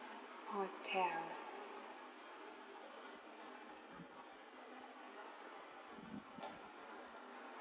hotel